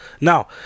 Now